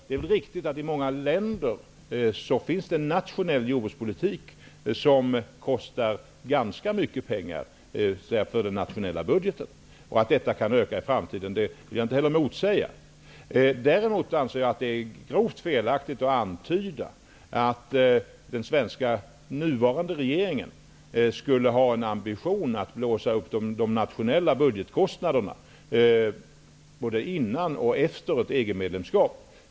Det är riktigt att det i många länder finns en nationell jordbrukspolitik som kostar ganska mycket pengar för den nationella budgeten. Jag vill inte heller motsäga att detta kan öka i framtiden. Jag anser däremot att det är grovt felaktigt att antyda att den nuvarande svenska regeringen skulle ha en ambition att blåsa upp de nationella budgetkostnader både innan och efter ett EG medlemskap.